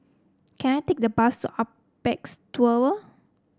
can I take the bus to Apex Tower